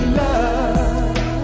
love